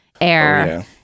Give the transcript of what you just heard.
air